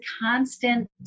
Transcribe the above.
constant